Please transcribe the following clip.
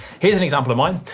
here's an example of mine.